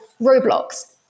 Roblox